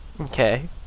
Okay